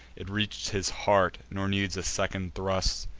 it reach'd his heart, nor needs a second thrust.